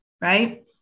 right